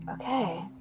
Okay